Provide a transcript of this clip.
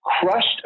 crushed